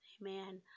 amen